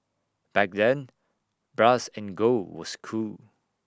back then brass and gold was cool